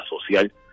social